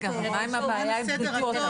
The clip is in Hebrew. אבל מה הבעיה עם בדיקות?